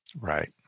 right